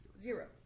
zero